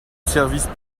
service